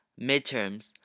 midterms